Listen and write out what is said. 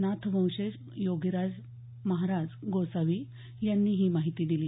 नाथवंशज योगीराज महाराज गोसावी यांनी ही माहिती दिली